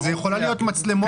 כל אזורי התנועה